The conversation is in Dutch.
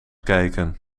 kijken